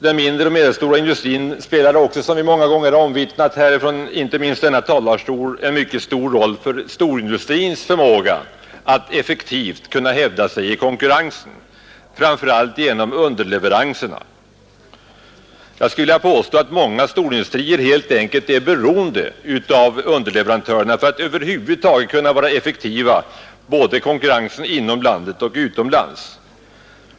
Den mindre och medelstora industrin har också — vilket många gånger är omvittnat, inte minst från denna talarstol — en mycket stor betydelse för storindustrins förmåga att effektivt hävda sig i konkurrensen, framför allt genom underleveranserna. Jag skulle vilja påstå att många storindustrier helt enkelt är beroende av underleverantörerna för att över huvud taget kunna vara effektiva i konkurrensen både inom landet och utomlands.